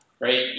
right